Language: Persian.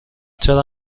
چرا